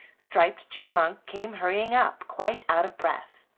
striped chipmunk came hurrying up, quite our of breath.